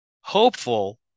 hopeful